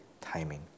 timing